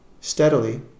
Steadily